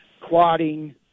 clotting